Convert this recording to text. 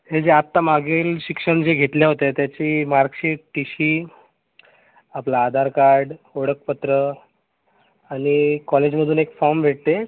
हे जे आत्ता मागील शिक्षण जे घेतलं होतं त्याची मार्कशीट टी शी आपला आधार कार्ड ओळखपत्र आणि कॉलेजमधून एक फॉर्म भेटते